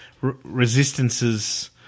resistances